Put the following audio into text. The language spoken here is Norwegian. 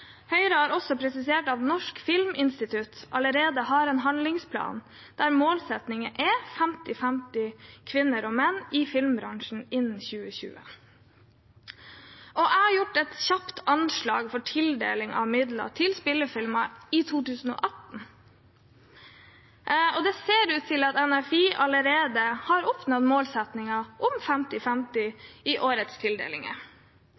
Høyre har også presisert at Norsk filminstitutt allerede har en handlingsplan der målsettingen er femti-femti kvinner og menn i filmbransjen innen 2020. Jeg har gjort et kjapt anslag for tildeling av midler til spillefilmer i 2018, og det ser ut til at NFI allerede har oppnådd målsettingen om